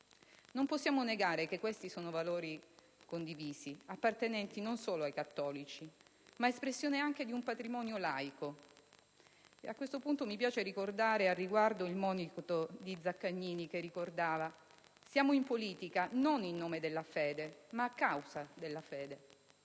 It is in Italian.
Non possiamo negare che questi sono valori condivisi, appartenenti non solo ai cattolici ma espressione anche di un patrimonio laico. Mi piace ricordare al riguardo il monito di Zaccagnini che sottolineava: "Siamo in politica non in nome della fede, ma a causa della fede".